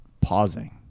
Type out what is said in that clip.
pausing